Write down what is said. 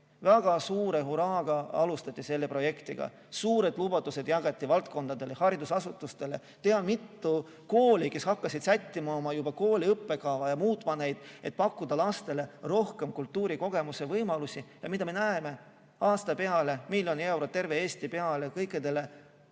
Väga suure hurraaga alustati seda projekti, suured lubadused jagati valdkondadele, haridusasutustele. Tean mitut kooli, kes hakkasid juba sättima ja muutma oma õppekava, et pakkuda lastele rohkem kultuurikogemuse võimalusi. Ja mida me näeme? Aastaks miljon eurot terve Eesti peale, kõikidele,